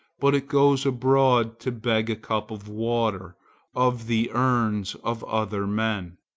but it goes abroad to beg a cup of water of the urns of other men.